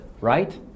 right